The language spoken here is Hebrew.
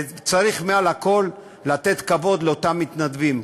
וצריך מעל הכול לתת כבוד לאותם מתנדבים.